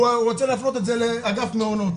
הוא רוצה להפנות את זה לאגף המעונות.